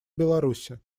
беларуси